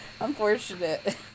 Unfortunate